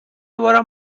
بارم